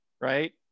right